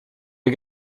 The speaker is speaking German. wir